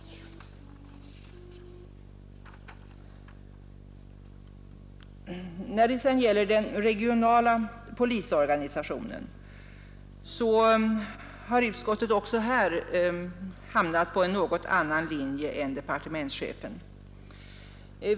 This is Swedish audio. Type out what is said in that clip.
Också när det gäller den regionala polisorganisationen har utskottet hamnat på en något annan linje än departementschefen.